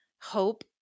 hope